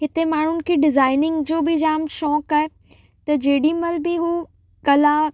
हिते माण्हूनि खे डिज़ाइनिंग जो बि जाम शौंक़ु आहे त जेॾी महिल बि हू कला